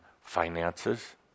finances